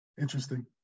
Interesting